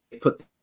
put